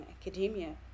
academia